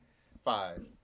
five